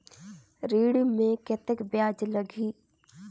ऋण मे कतेक ब्याज लगही?